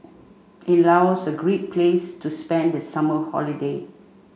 is Laos a great place to spend the summer holiday